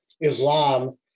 Islam